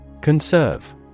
Conserve